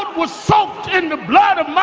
and was soaked in the blood of ah